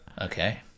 Okay